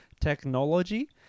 technology